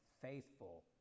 faithful